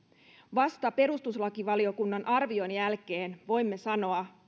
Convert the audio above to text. vasta perustuslakivaliokunnan arvion jälkeen voimme sanoa